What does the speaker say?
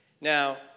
Now